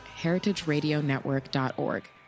heritageradionetwork.org